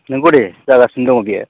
नंगौ दे जागासिनो दं बेयो